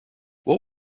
what